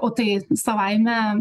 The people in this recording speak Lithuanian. o tai savaime